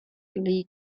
league